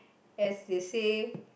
as they say